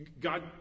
God